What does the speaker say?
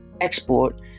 export